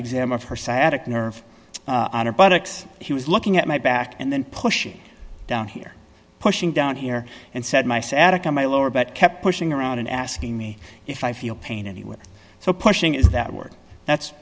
exam of her sadek nerve on her buttocks he was looking at my back and then pushing down here pushing down here and said my sadek on my lower back kept pushing around and asking me if i feel pain anywhere so pushing is that word that's